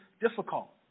difficult